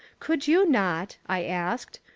could you not, i asked,